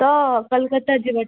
ତ କୋଲକତା ଯିବାର